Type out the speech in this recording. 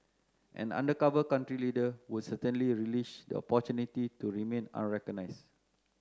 an undercover country leader would certainly relish the opportunity to remain unrecognised